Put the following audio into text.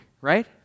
right